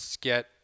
get